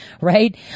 right